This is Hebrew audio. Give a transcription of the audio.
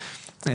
בבקשה.